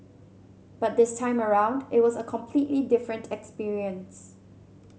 but this time around it was a completely different experience